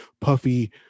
puffy